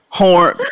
horn